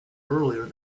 earlier